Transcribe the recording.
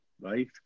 Right